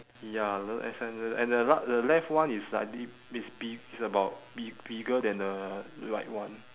ya the as and the and the la~ the left one is slightly is bi~ is about bi~ bigger than the right one